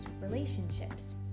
relationships